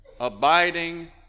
abiding